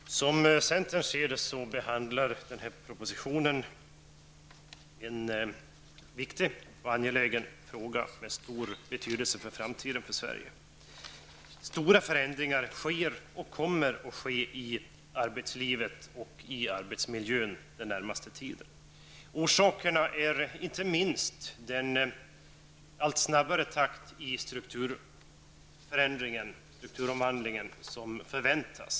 Herr talman! Den här propositionen behandlar, som centern ser det, en viktig och angelägen fråga med stor betydelse för Sveriges framtid. Stora förändringar sker och kommer att ske i arbetslivet och arbetsmiljön den närmaste tiden. Orsaken är inte minst den allt snabbare takt i strukturomvandlingen som förväntas.